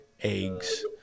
eggs